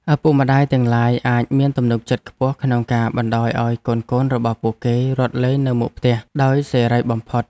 ឪពុកម្តាយទាំងឡាយអាចមានទំនុកចិត្តខ្ពស់ក្នុងការបណ្តោយឱ្យកូនៗរបស់ពួកគេរត់លេងនៅមុខផ្ទះដោយសេរីបំផុត។